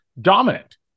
dominant